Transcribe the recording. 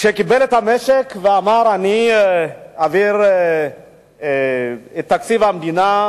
כשהוא קיבל את המשק הוא אמר: אני אעביר את תקציב המדינה,